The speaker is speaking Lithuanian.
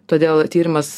todėl tyrimas